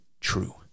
true